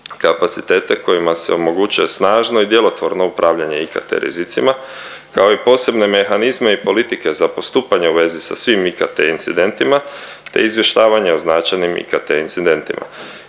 kapacitete kojima se omogućuje snažno i djelotvorno upravljanje IKT rizicima kao i posebne mehanizme i politike za postupanje u vezi sa svim IKT incidentima te izvještavanje o značajnim IKT incidentima.